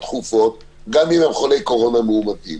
גם אם הם חולי קורונה מאומתים.